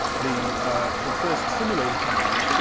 the ah the first simulator company,